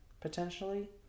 potentially